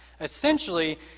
Essentially